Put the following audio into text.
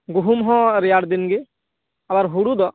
ᱜᱩᱦᱩᱢᱦᱚᱸ ᱨᱮᱭᱟᱲ ᱫᱤᱱᱜᱮ ᱟᱵᱟᱨ ᱦᱩᱲᱩᱫᱚ